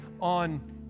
on